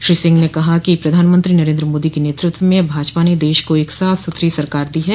श्री सिंह ने कहा कि प्रधानमंत्री नरेन्द्र मोदी के नेतृत्व में भाजपा ने देश को एक साफ सुथरी सरकार दी है